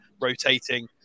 rotating